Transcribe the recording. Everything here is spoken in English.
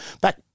Back